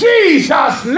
Jesus